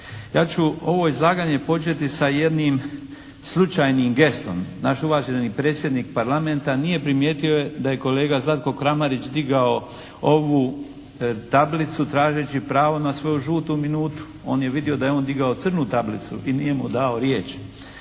Ja ću ovo izlaganje početi sa jednim slučajnim gestom. Naš uvaženi predsjednik Parlamenta nije primijetio da je kolega Zlatko Kramarić digao ovu tablici tražeći pravo na svoju žutu minutu. On je vidio da je on digao crnu tablicu i nije mu dao riječ.